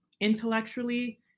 intellectually